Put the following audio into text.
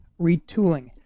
retooling